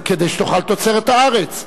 כדי שתאכל תוצרת הארץ.